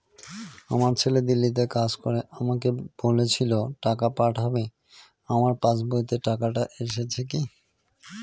আমার ছেলে দিল্লীতে কাজ করে আমাকে বলেছিল টাকা পাঠাবে আমার পাসবইতে টাকাটা এসেছে কি?